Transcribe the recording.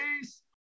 Peace